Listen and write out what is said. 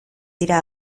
dira